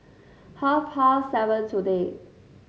half past seven today